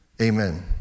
Amen